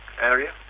area